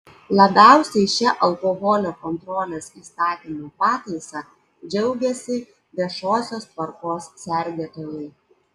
labiausiai šia alkoholio kontrolės įstatymo pataisa džiaugiasi viešosios tvarkos sergėtojai